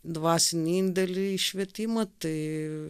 dvasinį indėlį į švietimą tai